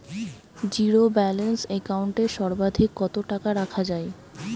Zero balance account এ সর্বাধিক কত টাকা রাখা য়ায়?